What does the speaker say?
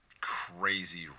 crazy